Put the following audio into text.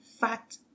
fat